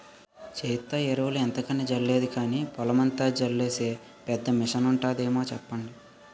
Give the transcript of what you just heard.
సేత్తో ఎరువులు ఎంతకని జల్లేది గానీ, పొలమంతా జల్లీసే పెద్ద మిసనుంటాదేమో సెప్పండి?